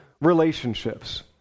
relationships